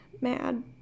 mad